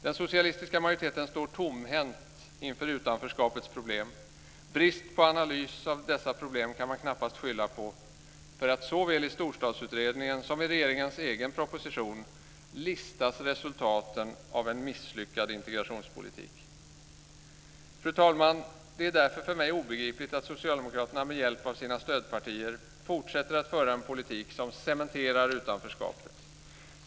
Den socialistiska majoriteten står tomhänt inför utanförskapets problem. Brist på analys av dessa problem kan man knappast skylla på. Såväl i Storstadsutredningen som i regeringens egen proposition listas resultaten av en misslyckad integrationspolitik. Fru talman! Det är därför för mig obegripligt att Socialdemokraterna med hjälp av sina stödpartier fortsätter att föra en politik som cementerar utanförskapet.